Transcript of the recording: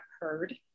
heard